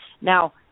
Now